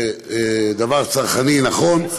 זה דבר צרכני נכון,